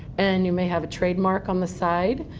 and you may have a trademark on the side.